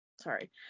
sorry